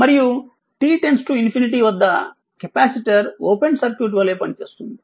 మరియు t →∞ వద్ద capacitor open circuit వలె పనిచేస్తుంది